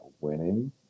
winning